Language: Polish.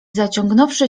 zaciągnąwszy